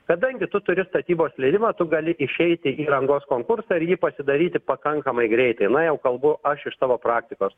kadangi tu turi statybos leidimą tu gali išeiti į rangos konkursą ir jį pasidaryti pakankamai greitai na jau kalbu aš iš savo praktikos